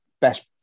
best